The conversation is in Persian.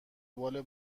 بال